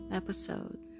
episode